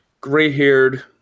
gray-haired